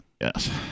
Yes